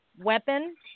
weapon